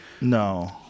No